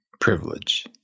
privilege